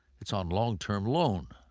it's on long-term loan,